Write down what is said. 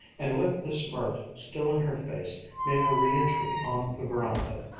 and with this mirth still in her face made her re-entry on the veranda.